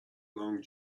long